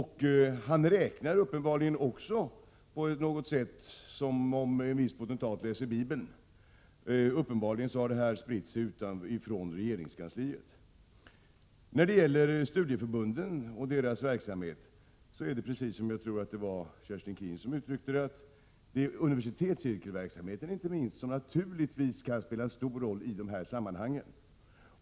Han räknar tydligen också som en viss potentat läser Bibeln. Uppenbarligen har detta spritt sig från regeringskansliet. När det gäller studieförbunden och deras verksamhet kan, precis som Kerstin Keen uttryckte det, inte minst universitetscirkelverksamheten spela en stor roll.